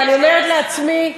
ואני אומרת לעצמי,